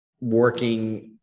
working